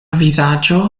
vizaĝo